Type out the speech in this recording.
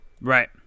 Right